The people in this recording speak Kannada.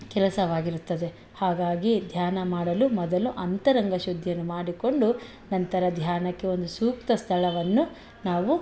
ಕೆಲಸವಾಗಿರುತ್ತದೆ ಹಾಗಾಗಿ ಧ್ಯಾನ ಮಾಡಲು ಮೊದಲು ಅಂತರಂಗ ಶುದ್ಧಿಯನ್ನು ಮಾಡಿಕೊಂಡು ನಂತರ ಧ್ಯಾನಕ್ಕೆ ಒಂದು ಸೂಕ್ತ ಸ್ಥಳವನ್ನು ನಾವು